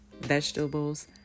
vegetables